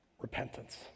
repentance